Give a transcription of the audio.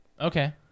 Okay